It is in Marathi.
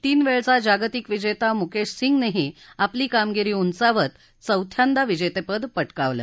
तीन वेळचा जागतिक विजेता मुकेश सिंगनेही आपली कामगिरी उंचावत चौथ्यांदा विजेतेपद पटकावलं